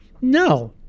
No